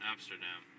Amsterdam